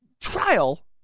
trial